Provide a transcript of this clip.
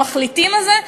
במחליטים הזאת,